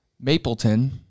Mapleton